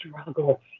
struggle